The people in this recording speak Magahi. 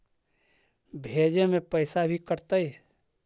भेजे में पैसा भी कटतै?